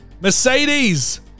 mercedes